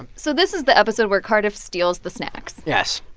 ah so this is the episode where cardiff steals the snacks yes.